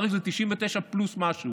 אני מעריך שזה 99% פלוס משהו,